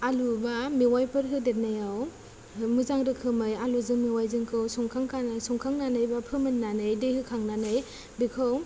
आलु बा मेवायफोर होदेरनायाव मोजां रोखोमै आलुजों मेवायजोंखौ संखांखाना संखांनानै बा फोमोननानै दै होखांनानै बेखौ